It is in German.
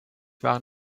waren